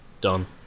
Done